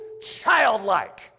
childlike